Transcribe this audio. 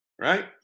Right